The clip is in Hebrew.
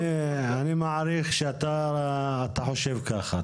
אני מעריך שאתה חושב ככה.